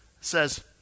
says